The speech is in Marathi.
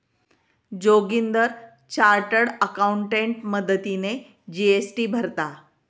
जोगिंदर चार्टर्ड अकाउंटेंट मदतीने जी.एस.टी भरता